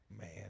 Man